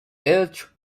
edge